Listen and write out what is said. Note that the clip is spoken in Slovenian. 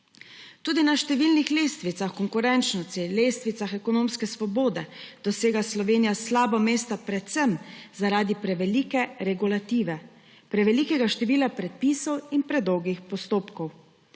Tudi na številnih lestvicah konkurenčnosti, lestvicah ekonomske svobode dosega Slovenija slaba mesta predvsem zaradi prevelike regulative, prevelikega števila predpisov in predolgih postopkov.